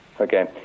okay